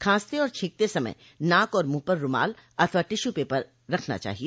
खांसते और छींकते समय नाक और मुंह पर रूमाल अथवा टिश्यू पेपर रखना चाहिए